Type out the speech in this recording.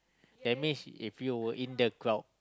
that means if you were in the crowd